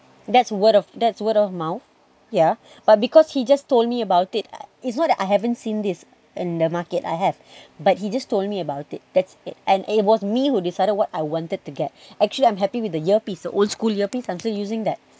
that's word of that's word of mouth yeah but because he just told me about it it is not that I haven't seen this in the market I have but he just told me about it that's it and it was me who decided what I wanted to get actually I'm happy with the ear piece the old school ear piece I'm still using that